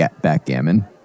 backgammon